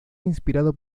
inspirado